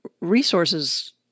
resources